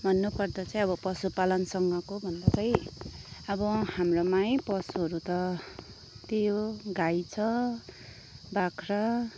भन्नुपर्दा चाहिँ अब पशु पालनसँगको भन्दा चाहिँ अब हाम्रोमा है पशुहरू त त्यही हो गाई छ बाख्रा